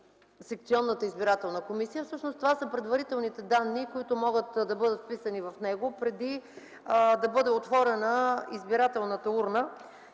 секционната избирателна комисия. Това са предварителните данни, които могат да бъдат вписани в него, преди да бъде отворена избирателната урна.